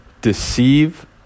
deceive